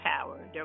power